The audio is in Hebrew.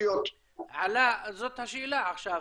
עלא, זאת השאלה עכשיו,